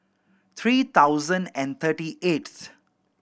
three thousand and thirty eighth